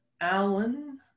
Allen